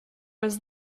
was